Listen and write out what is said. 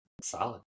Solid